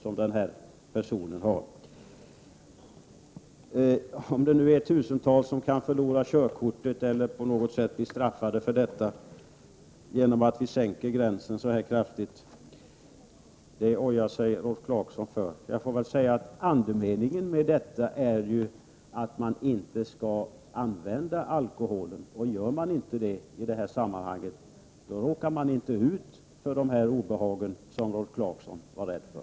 Om nu tusentals personer kan förlora körkortet eller på något sätt bli straffade till följd av att vi sänker promillegränsen så här kraftigt, det ojar sig Rolf Clarkson för. Jag får väl säga att andemeningen med åtgärder är ju att man inte skall förtära alkohol i samband med trafik, och gör man inte det råkar man inte ut för det obehag som Rolf Clarkson är rädd för.